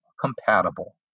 compatible